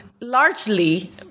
largely